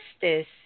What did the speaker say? justice